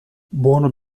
buono